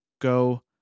go